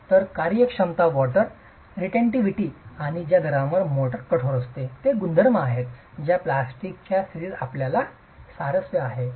तर कार्यक्षमता water retentivity आणि ज्या दरावर मोर्टार कठोर आहे ते गुणधर्म आहेत ज्या प्लास्टिकच्या स्थितीत आपल्याला स्वारस्य आहे